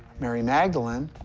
mary magdalene,